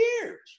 years